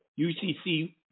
UCC